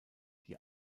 die